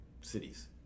cities